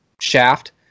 shaft